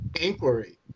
inquiry